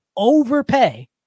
Overpay